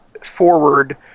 forward